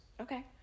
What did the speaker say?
Okay